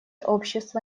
общество